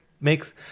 makes